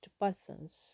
persons